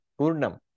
Purnam